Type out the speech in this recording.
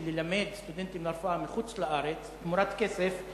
של ללמד סטודנטים לרפואה מחוץ-לארץ תמורת כסף,